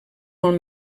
molt